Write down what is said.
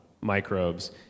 microbes